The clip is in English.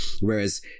whereas